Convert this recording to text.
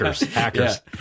hackers